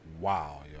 wow